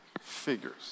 figures